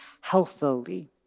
healthily